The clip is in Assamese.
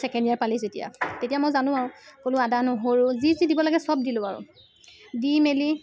ছেকেণ্ড ইয়াৰ পালি যেতিয়া তেতিয়া মই জানো আৰু ক'লোঁ আদা নহৰু যি যি দিব লাগে চব দিলো আৰু দি মেলি